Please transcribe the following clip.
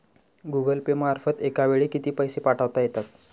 Google Pay मार्फत एका वेळी किती पैसे पाठवता येतात?